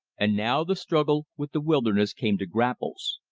and now the struggle with the wilderness came to grapples.